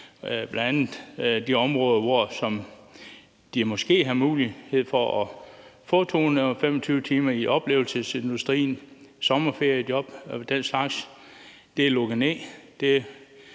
ned, bl.a. de områder, hvor de måske havde mulighed for at få 225 timer, f.eks. i oplevelsesindustrien, et sommerferiejob og den slags; det blev